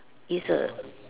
it's a